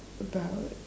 about